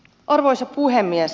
arvoisa puhemies